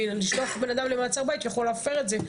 מלשלוח בנאדם למעצר בית שיכול להפר את זה,